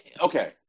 okay